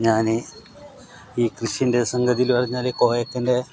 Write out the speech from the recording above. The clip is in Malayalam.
ഞാൻ ഈ കൃഷിൻ്റെ സംഗതിയിൽ പറഞ്ഞാൽ കോവക്കൻ്റെ